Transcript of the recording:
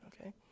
okay